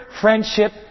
friendship